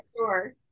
Sure